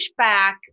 pushback